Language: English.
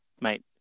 mate